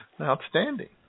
Outstanding